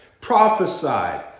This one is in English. prophesied